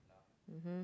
mmhmm